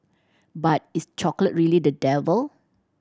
but is chocolate really the devil